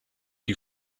you